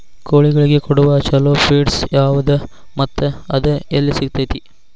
ಕೋಳಿಗಳಿಗೆ ಕೊಡುವ ಛಲೋ ಪಿಡ್ಸ್ ಯಾವದ ಮತ್ತ ಅದ ಎಲ್ಲಿ ಸಿಗತೇತಿ?